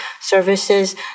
services